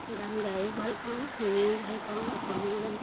গান গায়ো ভাল পাওঁ শুনিও ভাল পাওঁ অসমীয়া গান